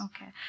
Okay